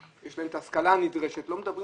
יש להם את ההשכלה הנדרשת - ולא מדברים